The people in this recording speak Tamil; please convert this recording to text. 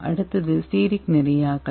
அடுத்தது ஸ்டெரிக் நிலையாக்கல்